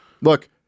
look